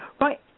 Right